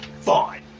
Fine